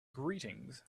greetings